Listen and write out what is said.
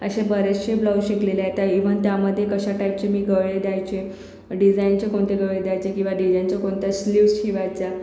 असे बरेचसे ब्लाउज शिकलेले आहेत इव्हन त्यामध्ये कशा टाइपचे मी गळे द्यायचे डिझाईनचे कोणते गळे द्यायचे किंवा डिझाईनचा कोणता स्लीव्ह्ज शिवायच्या